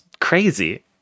crazy